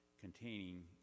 containing